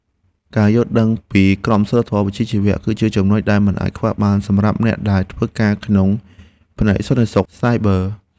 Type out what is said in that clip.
ការយល់ដឹងពីក្រមសីលធម៌វិជ្ជាជីវៈគឺជាចំនុចដែលមិនអាចខ្វះបានសម្រាប់អ្នកដែលធ្វើការក្នុងផ្នែកសន្តិសុខសាយប័រ។